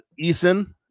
Eason